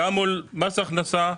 גם מול מס הכנסה,